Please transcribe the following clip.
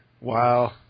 Wow